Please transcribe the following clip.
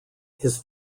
his